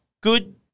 good